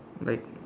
like